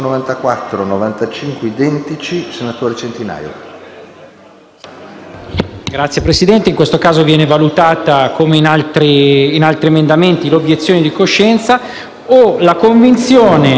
Signor Presidente, in questo caso viene valutata, come in altri emendamenti, l'obiezione di coscienza o la convinzione del medico di salvare il paziente.